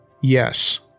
yes